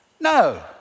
No